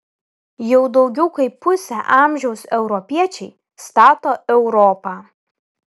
jau daugiau kaip pusę amžiaus europiečiai stato europą